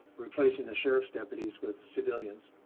replacing the sheriff's deputies with civilians.